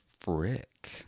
Frick